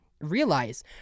realize